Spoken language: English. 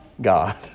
God